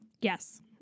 Yes